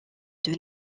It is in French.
deux